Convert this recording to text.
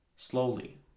Slowly